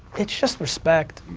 it's just respect.